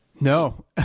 No